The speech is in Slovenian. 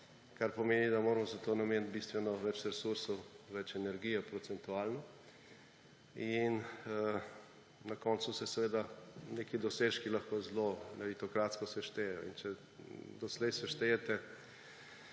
kar pomeni, da moramo za to nameniti procentualno bistveno več resursov, več energije. In na koncu se seveda neki dosežki lahko zelo meritokratsko seštejejo. In če doslej seštejete